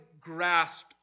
grasp